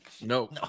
no